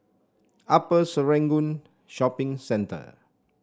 Upper Serangoon Shopping Centre